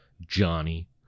Johnny